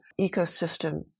ecosystem